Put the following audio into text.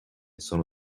sono